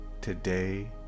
Today